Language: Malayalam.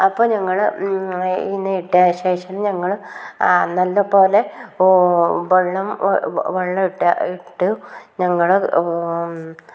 അപ്പോൾ ഞങ്ങൾ ഇതിനെ ഇട്ട ശേഷം ഞങ്ങൾ നല്ല പോലെ വെള്ളം വെള്ളം ഇട്ട് ഇട്ട് ഞങ്ങൾ